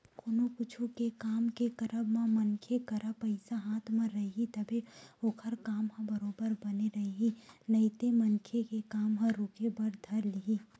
कोनो कुछु के काम के करब म मनखे करा पइसा हाथ म रइही तभे ओखर काम ह बरोबर बने रइही नइते मनखे के काम ह रुके बर धर लिही